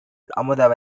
அமுத